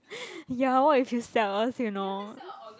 ya what if he sell us you know